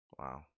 Wow